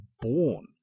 born